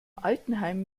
altenheim